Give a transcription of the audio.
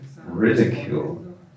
ridicule